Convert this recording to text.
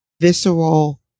visceral